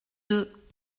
deux